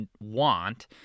want